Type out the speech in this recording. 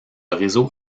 réseau